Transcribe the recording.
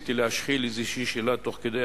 ניסיתי להשחיל איזושהי שאלה תוך כדי